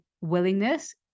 willingness